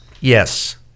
Yes